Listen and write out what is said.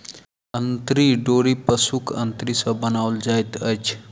अंतरी डोरी पशुक अंतरी सॅ बनाओल जाइत अछि